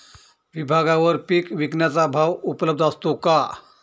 विभागवार पीक विकण्याचा भाव उपलब्ध असतो का?